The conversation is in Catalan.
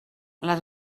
les